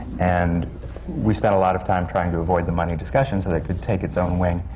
and we spent a lot of time trying to avoid the money discussion, so that it could take its own wing,